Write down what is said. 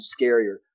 scarier